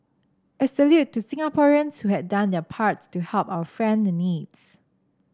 a salute to Singaporean' s who had done their parts to help our friend in needs